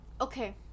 Okay